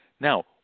Now